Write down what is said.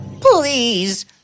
Please